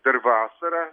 dar vasarą